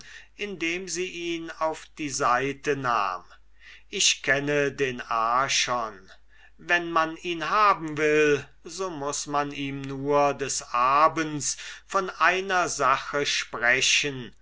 indem sie ihn auf die seite nahm ich kenne den archon wenn man ihn haben will so muß man ihm nur des abends von einer sache sprechen